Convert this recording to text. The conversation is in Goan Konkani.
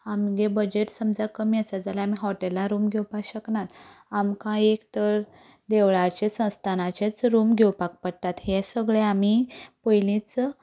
आमचो बजट समजा कमी आसा जाल्यार आमी हॉटेलाचो रूम घेवपाक शकनात आमकां एक तर देवळाचे संस्थानाचेच रूम घेवपाक पडटात हें सगळें आमीं पयलींच